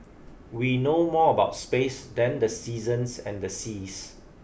we know more about space than the seasons and the seas